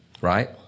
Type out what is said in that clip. right